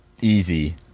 easy